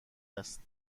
است